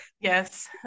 yes